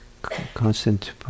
Constant